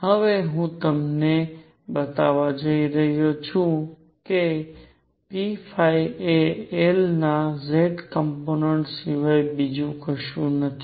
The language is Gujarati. હવે હું તમને બતાવવા જઈ રહ્યો છું કે p એ L ના z કોમ્પોનેંટ સિવાય બીજું કશું જ નથી